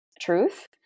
truth